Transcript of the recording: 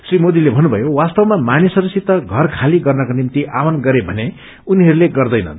श्री मोदीले भन्नुभयो वास्तवमा मानिसहरूसित घर खाली गर्नको निम्ति आफ्वान गरेर भने उनीहरूले गर्दैनन्